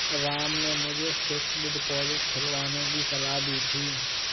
राम ने मुझे fixed deposit खुलवाने की सलाह दी थी